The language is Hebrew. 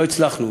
לא הצלחנו,